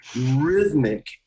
rhythmic